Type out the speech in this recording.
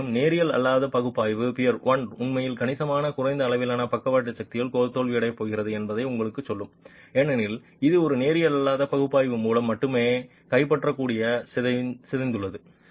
இருப்பினும் நேரியல் அல்லாத பகுப்பாய்வு பியர் ஒன் உண்மையில் கணிசமாக குறைந்த அளவிலான பக்கவாட்டு சக்தியில் தோல்வியடையப் போகிறது என்பதை உங்களுக்குச் சொல்லும் ஏனெனில் இது ஒரு நேரியல் அல்லாத பகுப்பாய்வு மூலம் மட்டுமே கைப்பற்றப்படக்கூடிய சிதைந்துள்ளது